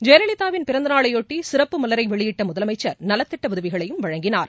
ஜெயலலிதாவின் பிறந்தநாளையாட்டிசிறப்பு மலரைவெளியிட்டமுதலமைச்சா நலத்திட்டஉதவிகளையும் வழங்கினார்